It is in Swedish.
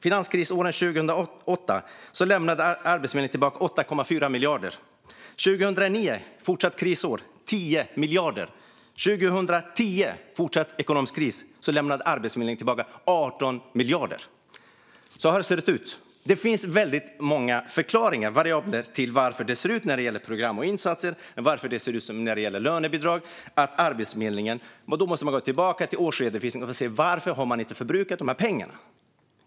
Finanskrisåret 2008 lämnade Arbetsförmedlingen tillbaka 8,4 miljarder. År 2009, också ett krisår, var det 10 miljarder. År 2010, fortsatt ekonomisk kris, lämnade Arbetsförmedlingen tillbaka 18 miljarder. Så har det sett ut. Det finns väldigt många variabler och förklaringar till att det har sett ut som det gjort. Det kan gälla program, insatser och lönebidrag. Då måste man gå tillbaka till årsredovisningen och se varför de inte har förbrukat de här pengarna.